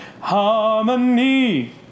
harmony